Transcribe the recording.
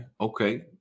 Okay